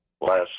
last